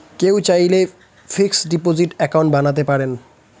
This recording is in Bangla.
কেউ চাইলে ফিক্সড ডিপোজিট অ্যাকাউন্ট বানাতে পারেন